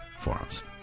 forums